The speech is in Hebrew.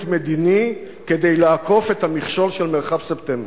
מדיני כדי לעקוף את המכשול של מרחב ספטמבר.